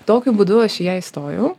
tokiu būdu aš į ją įstojau